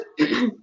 Okay